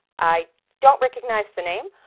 i don't recognize the name,